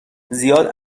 زیاد